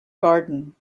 garden